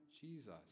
Jesus